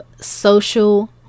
social